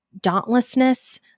dauntlessness